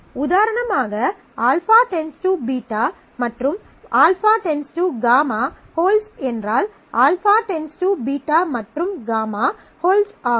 உதாரணமாக α → β மற்றும் α → γ ஹோல்ட்ஸ் என்றால் α → β மற்றும் γ ஹோல்ட்ஸ் ஆகும்